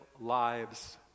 lives